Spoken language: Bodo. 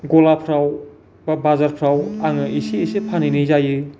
गलाफ्राव बा बाजारफ्राव आङो इसे इसे फानहैनाय जायो